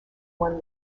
one